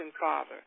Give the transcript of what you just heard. Father